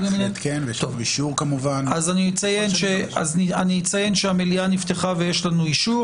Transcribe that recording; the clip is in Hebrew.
אני אציין שהמליאה נפתחה ויש לנו אישור,